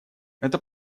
это